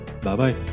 bye-bye